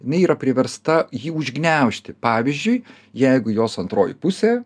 jinei yra priversta jį užgniaužti pavyzdžiui jeigu jos antroji pusė